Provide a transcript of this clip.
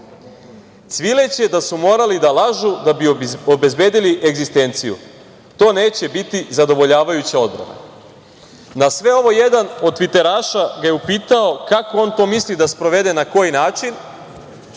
cvileće da su morali da lažu da bi obezbedili egzistenciju. To neće biti zadovoljavajuća odbrana". Na sve ovo jedan od tviteraša ga je upitao - kako on to misli da sprovede, na koji način,